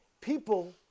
people